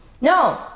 No